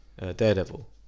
Daredevil